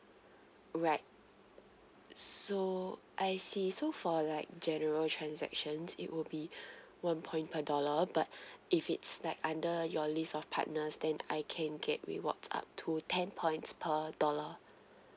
right so I see so for like general transactions it would be one point per dollar but if it's like under your list of partner stand I can get rewards up to ten points per dollar